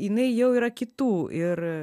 jinai jau yra kitų ir